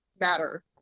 matter